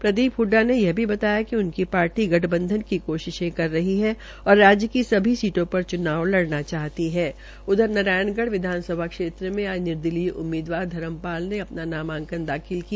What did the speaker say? प्रदीप हडडा ने यह भी बताया कि उनकी पार्टी गठबंधन की कोशिश कर रही है और राज्य की सभी सीटों पर चूनाव लड़ना चाहती है उधर नारायणगढ़ विधानसभा क्षेत्र से आज निर्दलीय उम्मीदवार धर्मपाल ने अपना नामांकन दाखिल किया